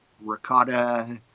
Ricotta